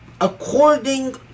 according